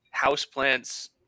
houseplants